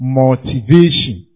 motivation